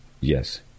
Yes